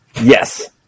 Yes